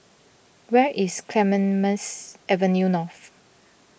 where is Clemen Mence Avenue North